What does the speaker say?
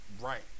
Right